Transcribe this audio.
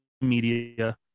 media